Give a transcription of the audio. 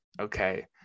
Okay